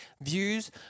views